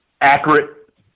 accurate